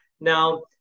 Now